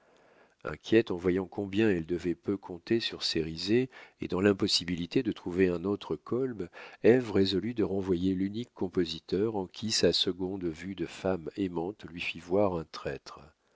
inquiète en voyant combien elle devait peu compter sur cérizet et dans l'impossibilité de trouver un autre kolb ève résolut de renvoyer l'unique compositeur en qui sa seconde vue de femme aimante lui fit voir un traître